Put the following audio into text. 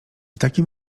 takim